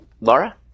Laura